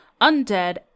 undead